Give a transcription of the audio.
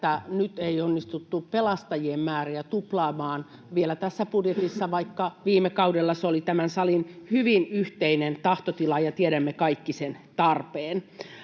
että nyt ei onnistuttu pelastajien määriä tuplaamaan vielä tässä budjetissa, vaikka viime kaudella se oli tämän salin hyvin yhteinen tahtotila ja tiedämme kaikki sen tarpeen.